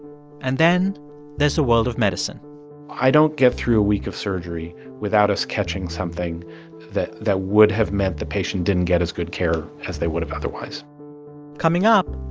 and then there's the world of medicine i don't get through a week of surgery without us catching something that that would have meant the patient didn't get as good care as they would have otherwise coming up,